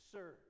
Sir